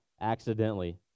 accidentally